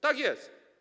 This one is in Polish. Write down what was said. Tak jest.